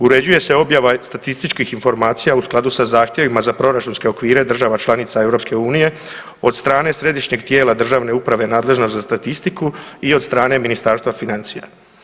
Uređuje se objava statističkih informacija u skladu sa zahtjevima za proračunske okvire država članica EU, od strane središnjeg tijela državne uprave nadležne za statistiku i od strane Ministarstva financija.